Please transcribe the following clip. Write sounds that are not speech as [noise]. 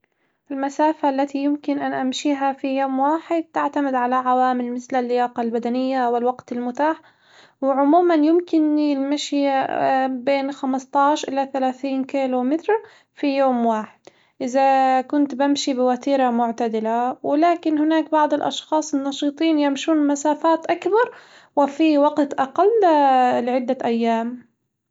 المسافة التي يمكن أن أمشيها في يوم واحد تعتمد على عوامل مثل اللياقة البدنية والوقت المتاح، وعمومًا يمكنني المشي [hesitation] بين خمستاش إلى ثلاثين كيلو متر في يوم واحد [hesitation] إذا كنت بمشي بوتيرة معتدلة، ولكن هناك بعض الأشخاص النشيطين يمشون مسافات أكبر وفي وقت أقل [hesitation] لعدة أيام.